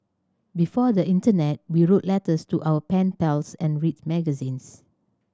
before the internet we wrote letters to our pen pals and read magazines